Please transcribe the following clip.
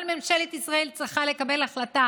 אבל ממשלת ישראל צריכה לקבל החלטה